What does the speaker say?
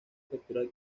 capturar